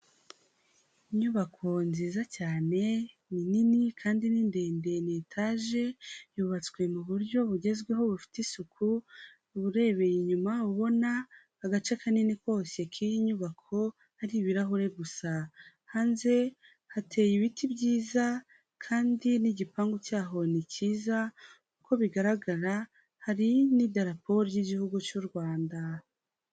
Inyubako nziza cyane ni nini kandi ni ndende ni etaje, yubatswe mu buryo bugezweho bufite isuku. Urebeye inyuma ubona agace kanini kose k'iyi nyubako hari ibirahure gusa. Hanze hateye ibiti byiza kandi n'igipangu cyaho ni cyiza. Uko bigaragara hari n'idaraporo ry'Igihugu cy'u Rwanda.